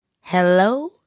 Hello